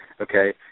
Okay